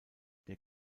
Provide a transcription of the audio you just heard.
der